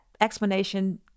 explanation